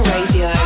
Radio